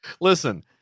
Listen